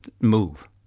move